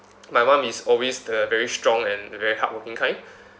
my mum is always the very strong and very hardworking kind